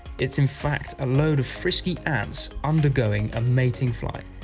it's in fact ah loads of frisky ants undergoing a mating flight.